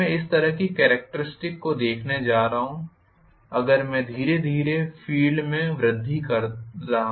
इसलिए मैं इस तरह की कॅरेक्टरिस्टिक्स को देखने जा रहा हूं अगर मैं धीरे धीरे फील्ड में वृद्धि करता रहूं